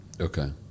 Okay